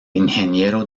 ingeniero